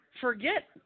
forget